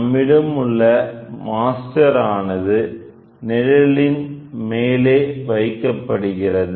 நம்மிடமுள்ள மாஸ்டர் ஆனது நிழலின் மேலே வைக்கப்படுகிறது